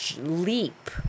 leap